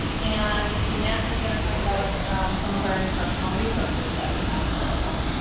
and matt is going to talk about some of our instructional resources that we have available.